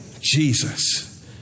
Jesus